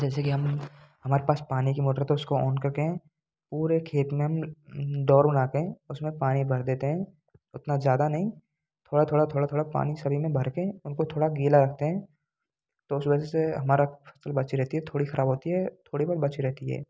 जैसे कि हम हमारे पास पानी की मोटर तो उसको औन करके पूरे खेत में हम दौर बना कर उसमें पानी भर देते हैं उतना ज़्यादा नहीं थोड़ा थोड़ा थोड़ा थोड़ा पानी सभी में भड़के उनको थोड़ा गीला रखते हैं तो उस वजह से हमारा फसल बची रहती है थोड़ी खराब होती है थोड़ी बहुत बची रहती है